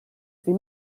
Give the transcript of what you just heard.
sie